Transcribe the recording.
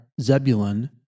Zebulun